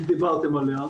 אם דיברתם עליה,